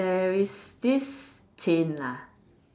there is this chain lah